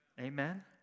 Amen